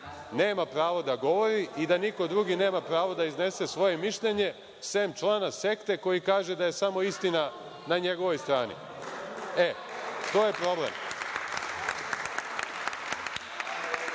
nema pravo da govori i da niko drugi nema pravo da iznese svoje mišljenje sem člana sekte koji kaže da je samo istina na njegovoj strani. To je problem.(Tatjana